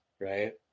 Right